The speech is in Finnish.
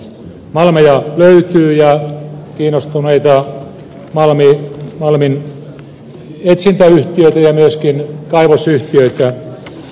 malmeja löytyy ja kiinnostuneita malminetsintäyhtiöitä ja myöskin kaivosyhtiöitä on tullut näkyville